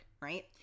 right